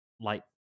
light